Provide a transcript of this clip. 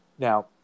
Now